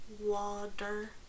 water